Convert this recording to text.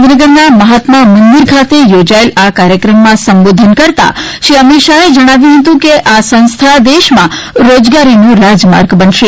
ગાંધીનગરના મહાત્મા મંદિર ખાતે યોજાયેલા આ કાર્યક્રમમાં સંબોધન કરતાં શ્રી અમિત શાહે જણાવ્યુ હતું કે આ સંસ્થા દેશમાં રોજગારીનો રાજમાર્ગ બનશે